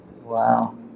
Wow